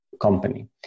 company